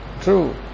True